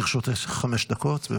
לרשותך חמש דקות.